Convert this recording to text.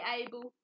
able